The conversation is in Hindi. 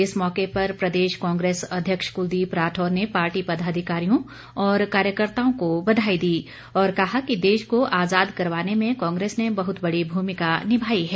इस मौके पर प्रदेश कांग्रेस अध्यक्ष कुलदीप राठौर ने पार्टी पदाधिकारियों और कार्यकर्ताओं को बधाई दी और कहा कि देश को आज़ाद करवाने में कांग्रेस ने बहुत बड़ी भूमिका निभाई है